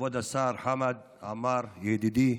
כבוד השר חמד עמאר, ידידי,